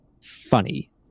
funny